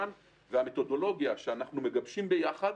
והמתודולוגיה שאנחנו מגבשים ביחד,